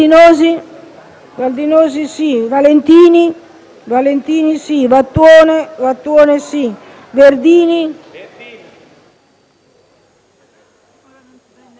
che è successo